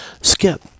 skip